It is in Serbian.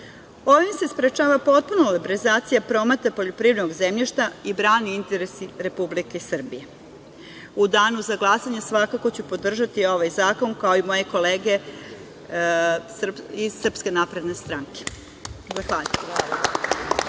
Ovim se sprečava potpuno liberalizacija prometa poljoprivrednog zemljišta i brane interesi Republike Srbije.U danu za glasanje svakako ću podržati ovaj zakon, kao i moje kolege iz SNS. Zahvaljujem.